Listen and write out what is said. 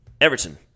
Everton